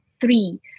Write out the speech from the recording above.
three